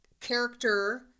character